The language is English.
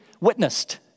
witnessed